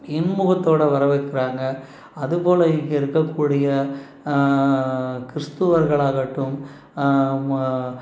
இன்முகத்தோடய வரவேற்கிறாங்க அதுபோல் இங்கே இருக்கக்கூடிய கிறிஸ்துவர்களாகட்டும்